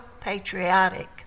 patriotic